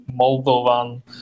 Moldovan